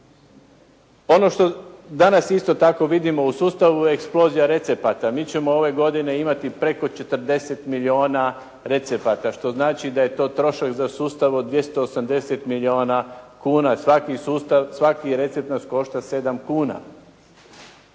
Ono što danas isto tako vidimo u sustavu je eksplozija recepata. Mi ćemo ove godine imati preko 40 milijuna recepata, što znači da je to trošak za sustav od 280 milijuna kuna. Svaki recept nas košta 7 kuna.